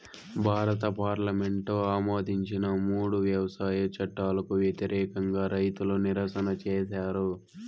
భారత పార్లమెంటు ఆమోదించిన మూడు వ్యవసాయ చట్టాలకు వ్యతిరేకంగా రైతులు నిరసన చేసారు